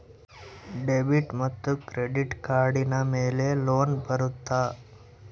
Debit ಮತ್ತು credit ಕಾರ್ಡಿನ ಮೇಲೆ ಲೋನ್ ಬರುತ್ತಾ?